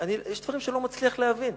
יש דברים שאני לא מצליח להבין.